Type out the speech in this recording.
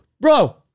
Bro